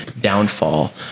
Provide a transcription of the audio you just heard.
downfall